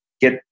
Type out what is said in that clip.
get